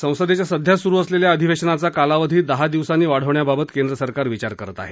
संसदेच्या सध्या सुरू असलेल्या अधिवेशनाचा कालावधी दहा दिवसांनी वाढवण्या बाबत केंद्र सरकार विचार करत आहे